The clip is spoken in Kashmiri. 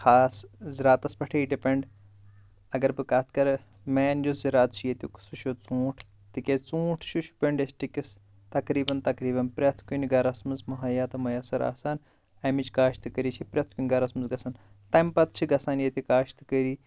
خاص زرعتسٕے پٮ۪ٹھ ڈِپٮ۪نٛڈ اگر بہٕ کتھ کرٕ مین یُس زرعت چھُ ییٚتیُک سُہ چھُ ژوٗنٛٹھ تِکیٛازِ ژوٗنٛٹھ چھُ شُپین ڈِسٹرٛکِٹس تقریٖبن تقریٖبن پرٛٮ۪تھ کُنہِ گرس منٛز مُہیا تہٕ میسر آسان امِچ کاشت کٲری چھِ پرٛٮ۪تھ کُنہِ گرس منٛز گژھان تمہِ پتہِ چھِ گژھان ییٚتہِ کاشت کٲری